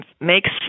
makes